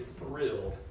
thrilled